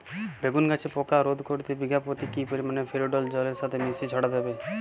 বেগুন গাছে পোকা রোধ করতে বিঘা পতি কি পরিমাণে ফেরিডোল জলের সাথে মিশিয়ে ছড়াতে হবে?